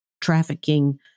trafficking